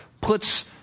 puts